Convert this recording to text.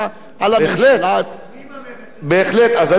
אז אני עכשיו מסתכל על זה, קופת